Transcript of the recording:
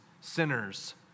sinners